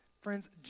Friends